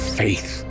faith